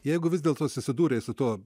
jeigu vis dėl to susidūrei su tuo